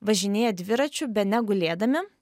važinėja dviračiu bene gulėdami